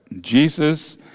Jesus